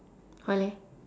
why leh